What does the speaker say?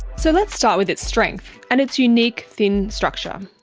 so let's start with its strength and its unique thin structure.